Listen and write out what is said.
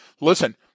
listen